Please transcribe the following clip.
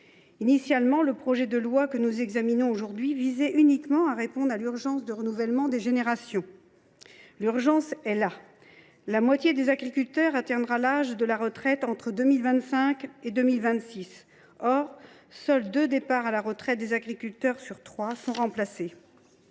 Initialement, le projet de loi que nous examinons aujourd’hui visait uniquement à répondre à l’urgence du renouvellement des générations. L’urgence est là : la moitié des agriculteurs atteindra l’âge de la retraite entre 2025 et 2026. Or seuls deux départs à la retraite d’agriculteurs sur trois sont remplacés.